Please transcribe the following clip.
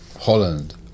Holland